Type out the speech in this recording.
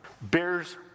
bears